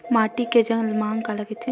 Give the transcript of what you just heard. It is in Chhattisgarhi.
माटी के जलमांग काला कइथे?